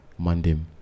mandem